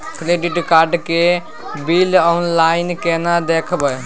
Credit card के bill online केना देखबय?